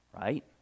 Right